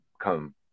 come